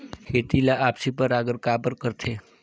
खेती ला आपसी परागण काबर करथे?